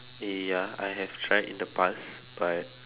ya I have tried in the past but